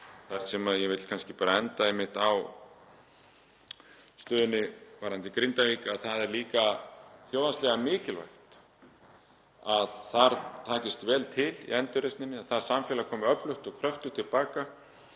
þar sem ég vil einmitt enda, á stöðunni varðandi Grindavík. Það er líka þjóðhagslega mikilvægt að þar takist vel til í endurreisninni, að það samfélag komi öflugt og kröftugt til baka